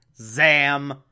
zam